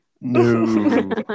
No